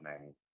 name